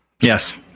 Yes